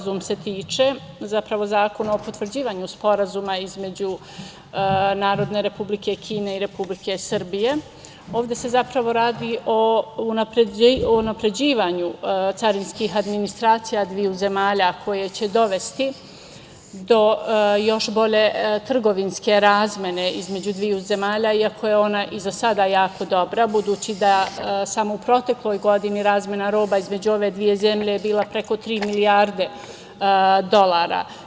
Zakon o potvrđivanju Sporazuma između Narodne Republike Kine i Republike Srbije, ovde se zapravo radi o unapređivanju carinskih administracija dveju zemalja koje će dovesti do još bolje trgovinske razmene između dve zemlje, iako je ona i za sada jako dobra, budući da samo u protekloj godini razmena roba između ove dve zemlje je bila preko tri milijarde dolara.